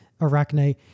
Arachne